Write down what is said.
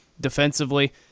defensively